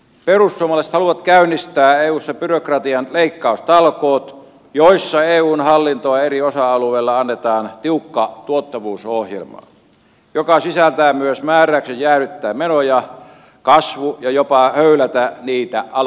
perussuomalaiset haluavat käynnistää eussa byrokratian leikkaustalkoot joissa eun hallinnon eri osa alueilla annetaan tiukka tuottavuusohjelma joka sisältää myös määräyksen jäädyttää menojen kasvu ja jopa höylätä niitä alaspäin